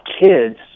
kids